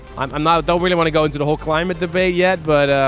um um i don't really want to go into the whole climate debate yet but,